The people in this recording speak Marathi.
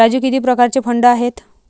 राजू किती प्रकारचे फंड आहेत?